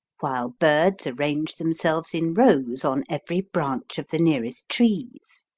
while birds arranged themselves in rows on every branch of the nearest trees.